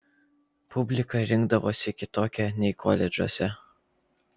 publika rinkdavosi kitokia nei koledžuose